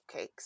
cupcakes